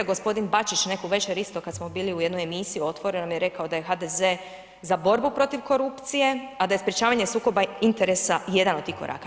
Gospodin Bačić neku večer isto kada smo bili u jednoj emisiji u Otvorenom je rekao da je HDZ za borbu protiv korupcije a da je sprječavanje sukoba interesa jedan od tih koraka.